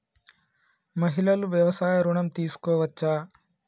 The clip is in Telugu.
మహిళలు వ్యవసాయ ఋణం తీసుకోవచ్చా?